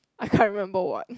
I can't even remember what